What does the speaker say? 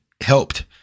helped